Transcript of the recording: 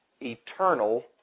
eternal